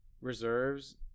reserves